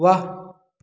वाह